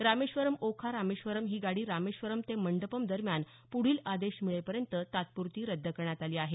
रामेश्वरम् ओखा रामेश्वरम् ही गाडी रामेश्वरम् ते मंडपम् दरम्यान पुढील आदेश मिळेपर्यंत तात्प्रती रद्द करण्यात आली आहे